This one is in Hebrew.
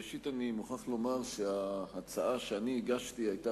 ראשית אני מוכרח לומר שההצעה שאני הגשתי היתה